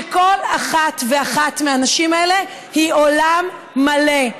שכל אחת ואחת מהנשים האלה היא עולם מלא.